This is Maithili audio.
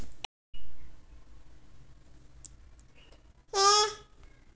भुगतान पंजी संग्रह कहां होता हैं?